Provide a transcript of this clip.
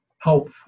help